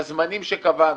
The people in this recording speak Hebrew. בזמנים שקבענו,